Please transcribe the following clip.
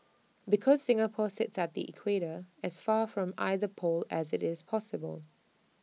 because Singapore sits at the equator as far from either pole as IT is possible